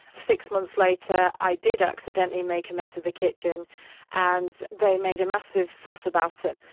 six months later, i did accidentally make a mess of the kitchen and they made a massive fuss about it,